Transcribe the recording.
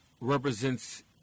represents